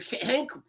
Hank